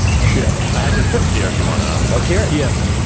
shit. i have the quotes here if you wanna. let's hear it. yes.